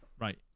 Right